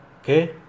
Okay